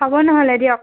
হ'ব নহ'লে দিয়ক